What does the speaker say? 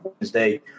Wednesday